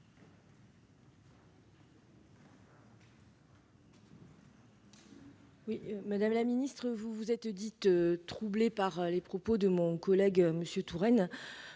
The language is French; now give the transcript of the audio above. Madame la ministre, vous vous dites troublée par les propos de mon collègue Jean-Louis